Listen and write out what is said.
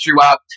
throughout